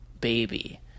baby